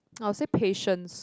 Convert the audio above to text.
I'll say patience